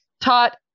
taught